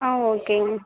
ஆ ஓகேங்க